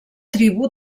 tribu